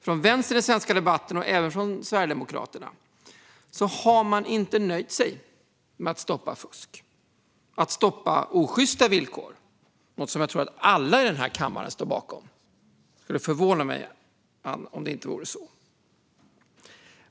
Från vänster i den svenska debatten, och även från Sverigedemokraterna, har man inte nöjt sig med att stoppa fusk och att stoppa osjysta villkor, något som jag tror att alla i denna kammare står bakom. Det skulle förvåna mig om det inte vore så.